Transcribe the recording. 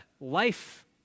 life